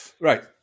Right